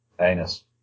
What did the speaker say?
Anus